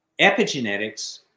epigenetics